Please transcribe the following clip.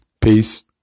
Peace